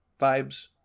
vibes